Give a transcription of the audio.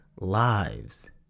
lives